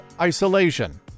isolation